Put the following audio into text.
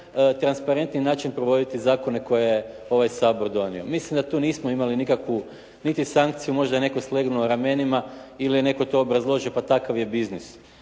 najtransparentniji način provoditi zakone koje je ovaj Sabor donio. Mislim da tu nismo imali nikakvu niti sankciju, možda je netko slegnuo ramenima ili je netko to obrazložio, pa takav je biznis.